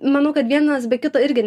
manau kad vienas be kito irgi